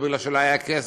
או כי לא היה כסף,